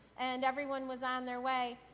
and everyone was on their way,